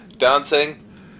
dancing